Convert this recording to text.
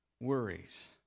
worries